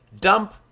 Dump